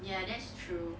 ya that's true